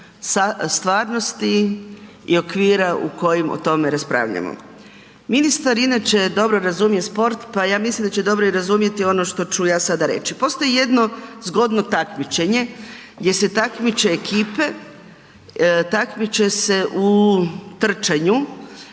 sa stvarnosti i okvira u kojim o tome raspravljamo. Ministar inače dobro razumije sport, pa ja mislim da će dobro i razumjeti ono što ću ja sada reći. Postoji jedno zgodno takmičenje gdje se takmiče ekipe, takmiče se u trčanju,